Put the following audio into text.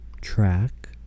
track